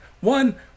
One